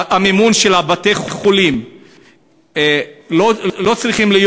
המימון של בתי-החולים לא צריך להיות